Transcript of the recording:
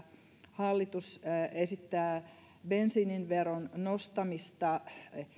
hallitus esittää bensiiniveron nostamista